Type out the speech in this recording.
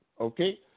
okay